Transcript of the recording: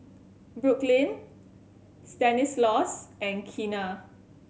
Brooklyn Stanislaus and Keena